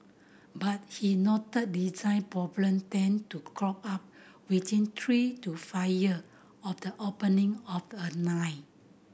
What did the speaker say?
but he noted design problem tend to crop up within three to five year of the opening of a line